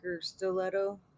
stiletto